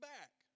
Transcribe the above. back